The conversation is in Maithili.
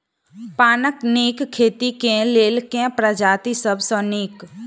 पानक नीक खेती केँ लेल केँ प्रजाति सब सऽ नीक?